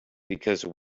because